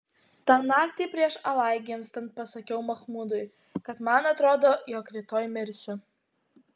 tą naktį prieš alai gimstant pasakiau machmudui kad man atrodo jog rytoj mirsiu